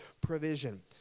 provision